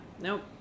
Nope